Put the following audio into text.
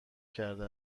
کرده